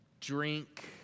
drink